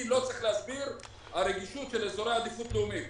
לי לא צריך להסביר רגישות של אזורי עדיפות לאומית.